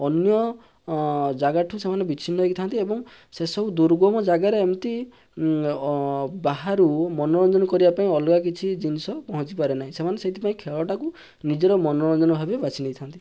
ଅନ୍ୟ ଜାଗାଠୁ ସେମାନେ ବିଚ୍ଛିନ୍ନ ହେଇକି ଥାନ୍ତି ଏବଂ ସେସବୁ ଦୁର୍ଗମ ଜାଗାରେ ଏମିତି ବାହାରୁ ମନୋରଞ୍ଜନ କରିବା ପାଇଁ ଅଲଗା କିଛି ଜିନିଷ ପହଞ୍ଚିପାରେ ନାହିଁ ସେମାନେ ସେଇଥିପାଇଁ ଖେଳଟାକୁ ନିଜର ମନୋରଞ୍ଜନ ଭାବେ ବାଛି ନେଇଥାନ୍ତି